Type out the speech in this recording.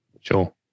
Sure